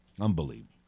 Unbelievable